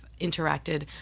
interacted